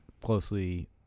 closely